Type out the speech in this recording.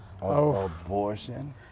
Abortion